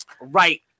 Right